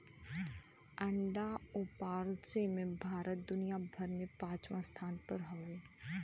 अंडा उपराजे में भारत दुनिया भर में पचवां स्थान पर हउवे